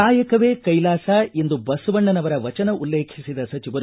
ಕಾಯಕವೇ ಕೈಲಾಸ ಎಂದು ಬಸವಣ್ಣವರ ವಚನ ಉಲ್ಲೇಖಿಸಿದ ಸಚಿವರು